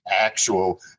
actual